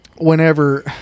whenever